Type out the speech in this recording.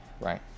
right